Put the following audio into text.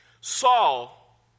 Saul